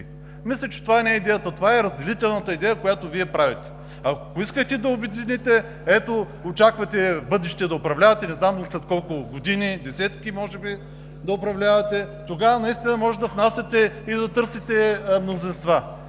Мисля, че не това е идеята, а това е разделителна идея, която Вие правите. Ако искате да обедините, ето, очаквате в бъдеще да управлявате, не знам след колко години, може би след десетки години да управлявате, тогава наистина може да внасяте и да търсите мнозинства,